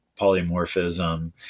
polymorphism